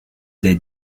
des